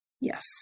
Yes